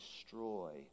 destroy